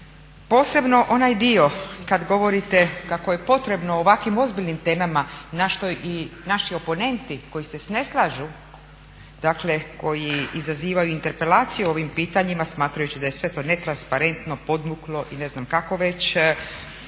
posebno onaj dio kad govorite kako je potrebno u ovakvim ozbiljnim temama na što i naši oponenti koji se ne slažu, dakle koji izazivaju interpelaciju o ovim pitanjima smatrajući da je sve to netransparentno, podmuklo i ne znam kakvo već.